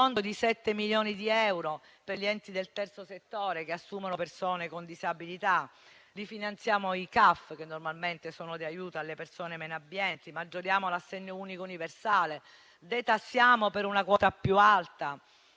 il fondo di 7 milioni di euro per gli enti del terzo settore che assumono persone con disabilità. Rifinanziamo i CAF, che normalmente sono di aiuto alle persone meno abbienti; maggioriamo l'assegno unico universale; detassiamo per una quota più alta,